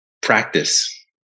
practice